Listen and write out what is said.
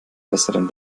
besseren